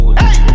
hey